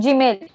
Gmail